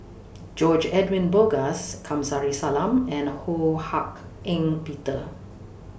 George Edwin Bogaars Kamsari Salam and Ho Hak Ean Peter